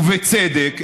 ובצדק,